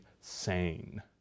sane